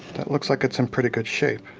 that looks like it's in pretty good shape.